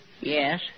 Yes